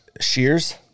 Shears